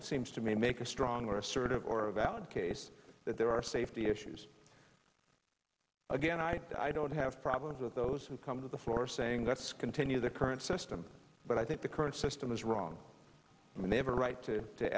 it seems to me make a stronger assertive or a valid case that there are safety issues again i i don't have problems with those who come to the floor saying let's continue the current system but i think the current system is wrong and they have a right to to